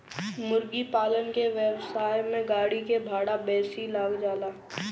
मुर्गीपालन के व्यवसाय में गाड़ी के भाड़ा बेसी लाग जाला